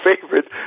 favorite